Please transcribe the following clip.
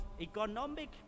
economic